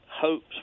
hopes